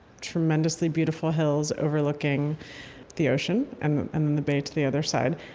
tremendously beautiful hills overlooking the ocean and and and the bay to the other side.